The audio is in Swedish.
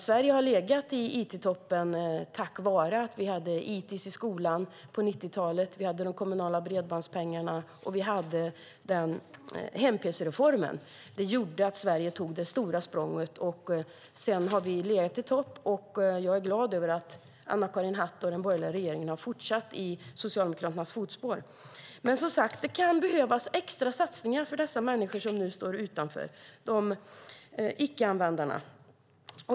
Sverige har legat i it-toppen tack vare att vi hade ITIS i skolan på 90-talet, att vi hade de kommunala bredbandspengarna och att vi hade hem-pc-reformen. Det gjorde att Sverige tog det stora språnget. Sedan har vi legat i topp, och jag är glad över att Anna-Karin Hatt och den borgerliga regeringen har fortsatt i Socialdemokraternas fotspår. Men, som sagt, det kan behövas extra satsningar för dessa människor som nu står utanför - icke-användarna.